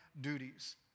duties